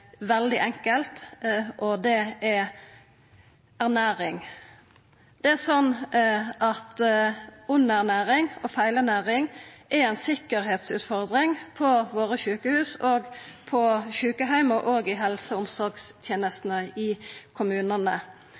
veldig enkelt, og det er ernæring. Underernæring og feilernæring er ei sikkerheitsutfordring på våre sjukehus, på sjukeheimar og i helse- og omsorgstenestene i